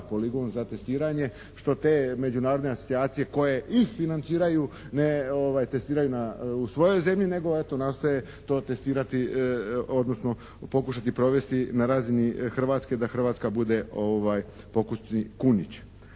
poligon za testiranje što te međunarodne asocijacije koje ih financiraju ne testiraju na, u svojoj zemlji nego eto nastoje to testirati odnosno prokušati provesti na razini Hrvatske da Hrvatska bude pokusni kunić.